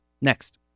next